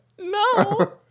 No